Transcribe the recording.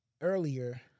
earlier